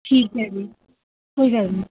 ਠੀਕ ਹੈ ਜੀ ਕੋਈ ਗੱਲ ਨਹੀਂ